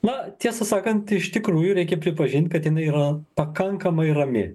na tiesą sakant iš tikrųjų reikia pripažint kad jinai yra pakankamai rami